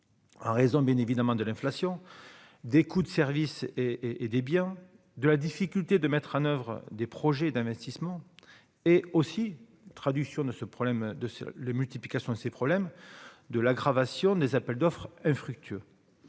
en raison ben évidemment de l'inflation des coûts de service et et des biens de la difficulté de mettre en oeuvre des projets d'investissement, et aussi, traduction de ce problème de les multiplications ces problèmes de l'aggravation des appels d'offres infructueux,